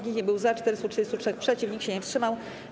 Nikt nie był za, 433 - przeciw, nikt się nie wstrzymał.